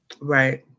Right